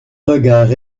regards